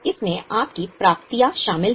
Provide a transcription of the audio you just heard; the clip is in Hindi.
इसमें आपकी प्राप्तियां शामिल हैं